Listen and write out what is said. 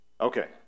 Okay